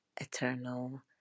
eternal